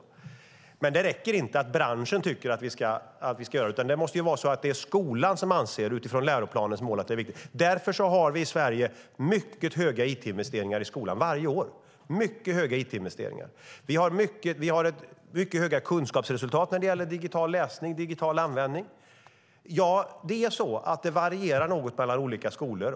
Men det räcker inte att branschen tycker att vi ska göra det, utan det måste vara skolan som anser att det är viktigt utifrån läroplanens mål. Därför har vi i Sverige mycket höga it-investeringar i skolan varje år. Vi har mycket bra kunskapsresultat när det gäller digital läsning och digital användning. Ja, det varierar något mellan olika skolor.